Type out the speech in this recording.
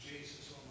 Jesus